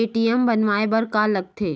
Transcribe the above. ATM बनवाय बर का का लगथे?